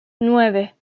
nueve